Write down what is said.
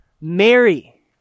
Mary